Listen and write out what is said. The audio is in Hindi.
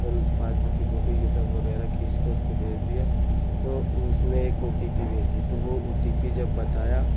तुम पासबुक की फोटो ये सब वगैरह खींचकर उसको भेज दिया तो उसने एक ओ टी पी भेजी तो वो ओ टी पी जब बताया